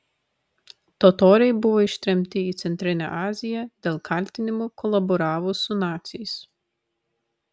totoriai buvo ištremti į centrinę aziją dėl kaltinimų kolaboravus su naciais